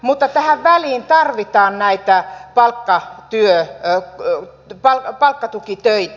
mutta tähän väliin tarvitaan näitä palkkatukitöitä